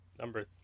Number